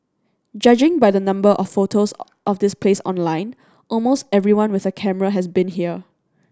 judging by the number of photos of this place online almost everyone with a camera has been here